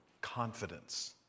confidence